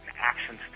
actions